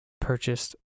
purchased